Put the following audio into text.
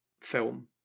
film